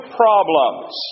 problems